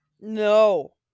No